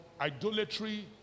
idolatry